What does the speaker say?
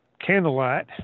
candlelight